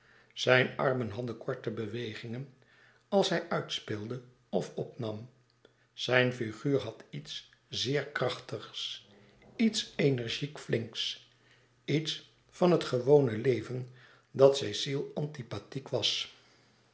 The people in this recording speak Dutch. zijn armen hadden korte bewegingen als hij uitspeelde of opnam zijn figuur had iets zeer krachtigs iets energiek flinks iets van het gewone leven dat cecile antipathiek was